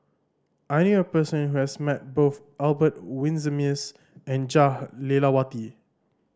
I knew a person who has met both Albert Winsemius and Jah Lelawati